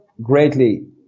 Greatly